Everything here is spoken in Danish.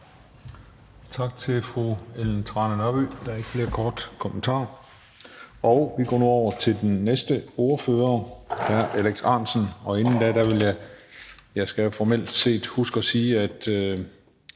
Tak til fru Ellen Trane Nørby. Der er ikke flere korte bemærkninger. Vi går nu over til den næste ordfører, hr. Alex Ahrendtsen, og inden da skal jeg huske at sige, at